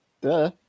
Duh